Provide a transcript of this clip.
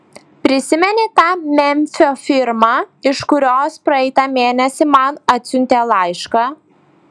prisimeni tą memfio firmą iš kurios praeitą mėnesį man atsiuntė laišką